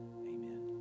Amen